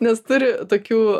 nes turi tokių